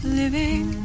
living